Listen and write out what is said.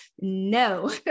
no